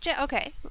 Okay